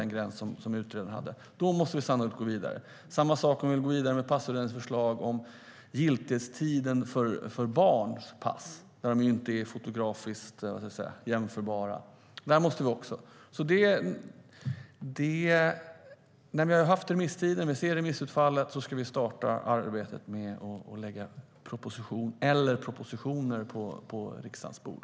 Detsamma gäller om vi ska gå vidare med utredningens förslag om giltighetstiden för barns pass eftersom de inte är fotografiskt jämförbara under fem år. När remisstiden är över och vi ser remissutfallet ska vi starta arbetet med att lägga en eller flera propositioner på riksdagens bord.